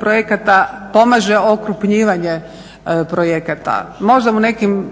projekata pomaže okrupnjivanje projekata. Možda u nekim